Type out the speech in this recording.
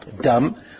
dumb